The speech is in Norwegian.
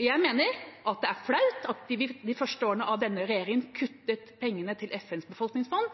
Jeg mener det er flaut at man de første årene med denne regjeringa kuttet pengene til FNs befolkningsfond,